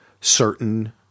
certain